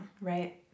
Right